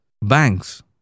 banks